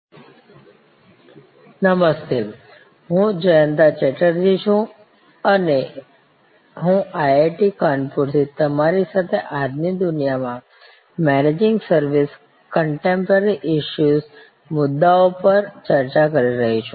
સેવા પ્રવાહમાં ઉપભોક્તા I નમસ્તે હું જયંતા ચેટર્જી છું અને હું આઇઆઇટી કાનપુર થી તમારી સાથે આજની દુનિયામાં મેનેજિંગ સર્વિસિસ કોનટેમપોરારી ઈસ્સૂએસ મુદ્દાઓ પર ચર્ચા કરી રહી છું